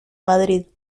madrid